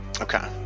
Okay